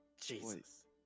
Jesus